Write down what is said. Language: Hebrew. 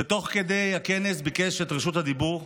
שתוך כדי הכנס ביקש את רשות הדיבור.